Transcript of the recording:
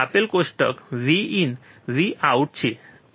આપેલ કોષ્ટક Vin Vout છે